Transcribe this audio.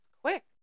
quick